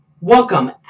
Welcome